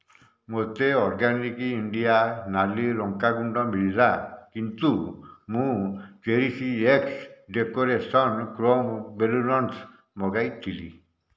ମୋତେ Organic India ନାଲି ଲଙ୍କା ଗୁଣ୍ଡ ମିଳିଲା କିନ୍ତୁ ମୁଁ cherish x decoration chrome balloons ମଗାଇଥିଲି